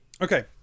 Okay